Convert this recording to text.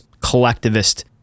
collectivist